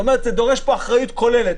זאת אומרת, זה דורש פה אחריות כוללת.